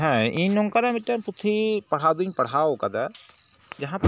ᱦᱮᱸ ᱤᱧ ᱱᱚᱝᱠᱟᱱᱟᱜ ᱢᱤᱫᱴᱮᱱ ᱯᱩᱛᱷᱤ ᱯᱟᱲᱦᱟᱣ ᱫᱩᱧ ᱯᱟᱲᱦᱟᱣ ᱠᱟᱫᱟ ᱡᱟᱦᱟᱸ